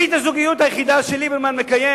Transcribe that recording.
ברית הזוגיות היחידה שליברמן מקיים